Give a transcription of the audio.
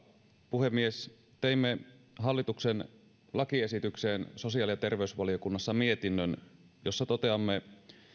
puhemies teimme hallituksen lakiesitykseen sosiaali ja terveysvaliokunnassa mietinnön jossa toteamme